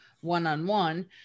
one-on-one